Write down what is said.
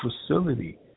facility